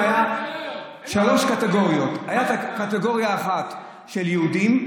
היו שלוש קטגוריות: הייתה קטגוריה אחת של יהודים,